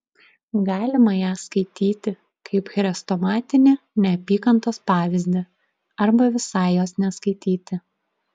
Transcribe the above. galima ją skaityti kaip chrestomatinį neapykantos pavyzdį arba visai jos neskaityti